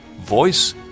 voice